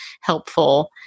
helpful